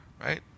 right